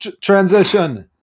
Transition